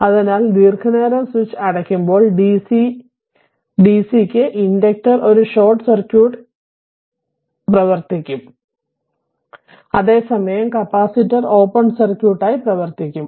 അതിനാൽ ദീർഘനേരം സ്വിച്ച് അടയ്ക്കുമ്പോൾ DC ക്ക് ഇൻഡക്റ്റർ ഒരു ഷോർട്ട് സർക്യൂട്ട് പ്രവർത്തിക്കും അതേസമയം കപ്പാസിറ്റർ ഓപ്പൺ സർക്യൂട്ടായി പ്രവർത്തിക്കും